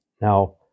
Now